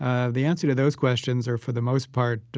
ah the answer to those questions are, for the most part,